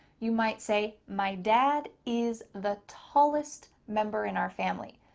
you might say, my dad is the tallest member in our family.